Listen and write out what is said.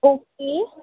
okay